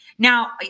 Now